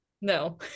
No